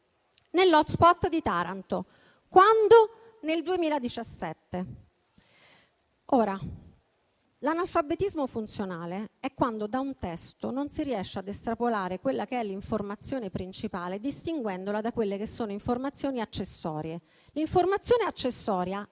nell'*hotspot* di Taranto. Quando? Nel 2017. Ora, si parla di analfabetismo funzionale quando da un testo non si riesce ad estrapolare l'informazione principale, distinguendola dalle informazioni accessorie. L'informazione accessoria è